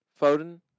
Foden